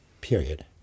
period